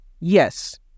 Yes